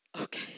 Okay